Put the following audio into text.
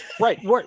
right